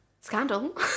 scandal